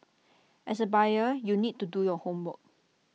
as A buyer you need to do your homework